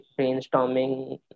brainstorming